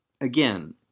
again